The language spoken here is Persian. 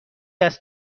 است